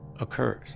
occurs